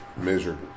miserable